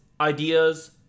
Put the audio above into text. ideas